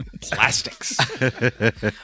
Plastics